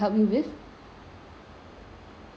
okay